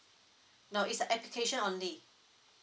no it's the application only